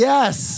Yes